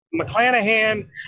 McClanahan